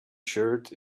shirt